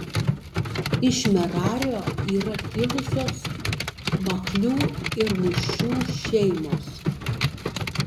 iš merario yra kilusios machlių ir mušių šeimos